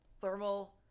thermal